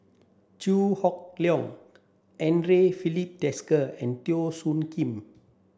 Chew Hock Leong Andre Filipe Desker and Teo Soon Kim